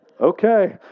okay